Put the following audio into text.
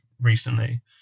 recently